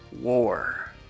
war